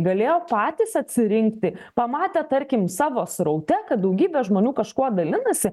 galėjo patys atsirinkti pamatę tarkim savo sraute kad daugybė žmonių kažkuo dalinasi